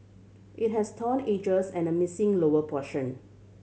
it has torn edges and a missing lower portion